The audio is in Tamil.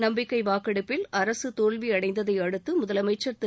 நம்பிக்கை வாக்கெடுப்பில் அரசு தோல்வி அடைந்ததை அடுத்து முதலமைச்சர் திரு